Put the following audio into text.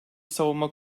savunma